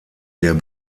der